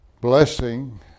blessing